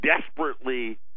desperately